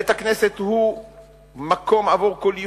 בית-הכנסת הוא מקום לכל יהודי,